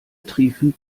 triefend